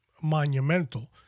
monumental